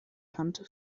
kannte